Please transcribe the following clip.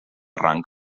rang